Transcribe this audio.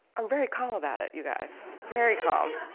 i'm very calm about it, you guys. very calm.